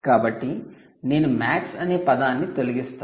కాబట్టి నేను మాక్స్ అనే పదాన్ని తొలగిస్తాను